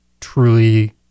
truly